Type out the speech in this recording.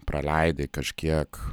praleidai kažkiek